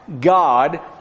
God